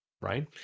Right